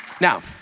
Now